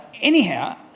anyhow